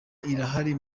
irahari